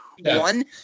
One